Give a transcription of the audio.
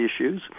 issues